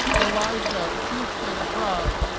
elijah houston grubb